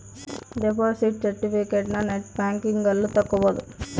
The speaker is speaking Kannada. ದೆಪೊಸಿಟ್ ಸೆರ್ಟಿಫಿಕೇಟನ ನೆಟ್ ಬ್ಯಾಂಕಿಂಗ್ ಅಲ್ಲು ತಕ್ಕೊಬೊದು